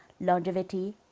Longevity